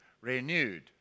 renewed